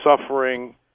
suffering